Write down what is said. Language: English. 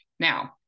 Now